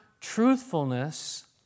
truthfulness